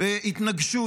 התנגשות